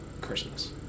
Christmas